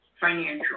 financial